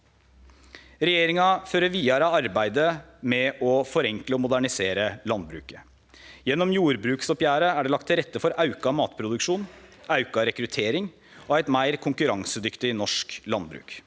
Regjeringa fører vidare arbeidet med å forenkle og modernisere landbruket. Gjennom jordbruksoppgjeret er det lagt til rette for auka matproduksjon, auka rekruttering og eit meir konkurransedyktig norsk landbruk.